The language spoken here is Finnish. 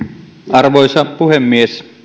arvoisa puhemies